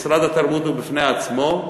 משרד התרבות הוא בפני עצמו,